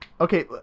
okay